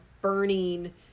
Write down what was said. burning